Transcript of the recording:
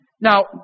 Now